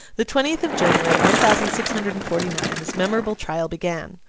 the twentieth of january, one thousand six hundred and forty nine, this memorable trial began.